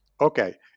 Okay